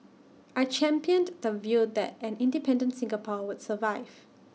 I championed the view that an independent Singapore would survive